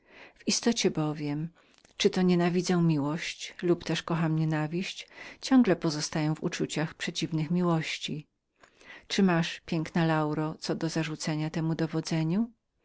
w istocie bowiem czy to nienawidzę miłość lub też kocham nienawiść wiecznie pozostaję w uczuciach przeciwnych miłości czy masz piękna lauro co do zarzucenia temu dowodzeniu